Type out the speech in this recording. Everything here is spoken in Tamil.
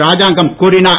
ராஜாங்கம் கூறிஞர்